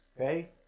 Okay